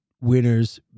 winners